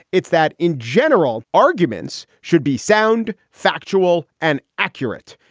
it's that in general, arguments should be sound, factual and accurate.